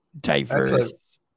diverse